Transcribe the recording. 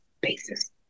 basis